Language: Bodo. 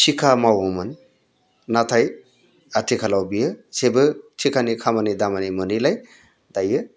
थिखा मावोमोन नाथाय आथिखालाव बियो जेबो थिखानि खामानि दामानि मोनैलाय दायो